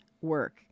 Work